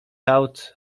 out